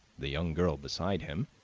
the young girl beside him,